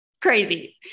crazy